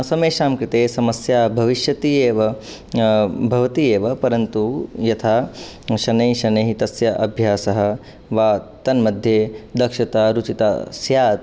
समेषां कृते समस्या भविष्यति एव भवति एव परन्तु यथा शनैः शनैः तस्य अभ्यासः वा तन्मध्ये दक्षता रुचिता स्यात्